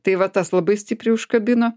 tai va tas labai stipriai užkabino